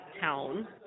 town